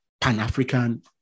pan-african